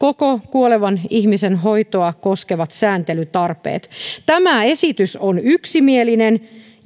kuolevan ihmisen hoitoa koskevat sääntelytarpeet tämä esitys on yksimielinen